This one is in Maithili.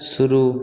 शुरू